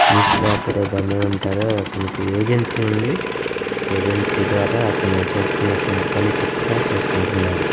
news paper దాన్నేమంటారు అతనికి agency ఉంది ఏజెన్సీ ద్వారా అతను చేస్తున్నటువంటి పని చక్కగా చేసుకుంటున్నాడు